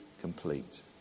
complete